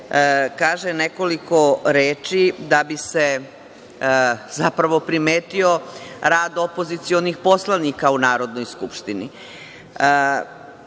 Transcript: kaže nekoliko reči da bi se zapravo primetio rad opozicionih poslanika u Narodnoj skupštini.